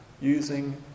using